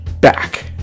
back